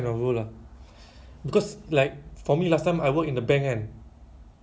my job mostly like S_Q_L ah then investigate ah gitu